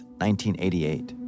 1988